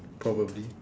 probably